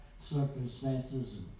circumstances